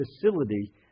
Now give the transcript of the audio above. facility